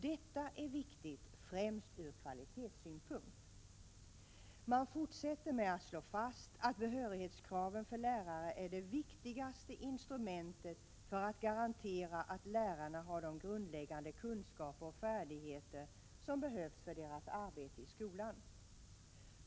Detta är viktigt främst från kvalitetssynpunkt.” Man fortsätter med att slå fast att behörighetskraven för lärare är det viktigaste instrumentet för att garantera att lärarna har de grundläggande kunskaper och färdigheter som behövs för deras arbete i skolan.